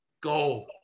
go